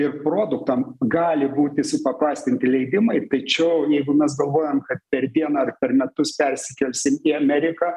ir produktam gali būti supaprastinti leidimai tačiau jeigu mes galvojam kad per dieną ar per metus persikelsim į ameriką